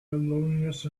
loneliness